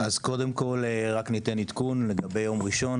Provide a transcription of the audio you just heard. אז קודם כל רק ניתן עדכון לגבי יום ראשון,